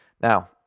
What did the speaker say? Now